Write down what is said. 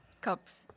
Cups